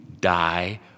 die